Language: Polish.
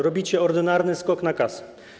Robicie ordynarny skok na kasę.